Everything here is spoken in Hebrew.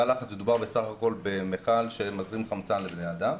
מדובר בסך הכל במיכל שמזרים חמצן לבני האדם,